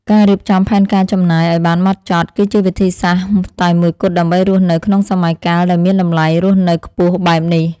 ការរៀបចំផែនការចំណាយឱ្យបានហ្មត់ចត់ គឺជាវិធីសាស្ត្រតែមួយគត់ដើម្បីរស់នៅក្នុងសម័យកាលដែលមានតម្លៃរស់នៅខ្ពស់បែបនេះ។